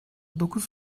dokuz